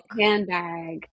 handbag